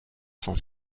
sans